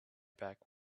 back